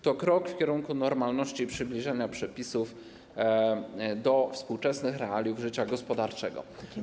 To krok w kierunku normalności i przybliżenia przepisów do współczesnych realiów życia gospodarczego.